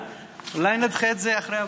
אולי נדחה את זה לאחרי הבחירות.